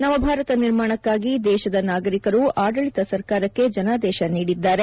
ನವಭಾರತ ನಿರ್ಮಾಣಕ್ನಾಗಿ ದೇಶದ ನಾಗರಿಕರು ಆಡಳಿತ ಸರ್ಕಾರಕ್ಕೆ ಜನಾದೇಶ ನೀಡಿದ್ದಾರೆ